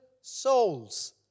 souls